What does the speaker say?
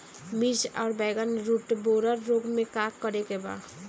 मिर्च आउर बैगन रुटबोरर रोग में का करे के बा?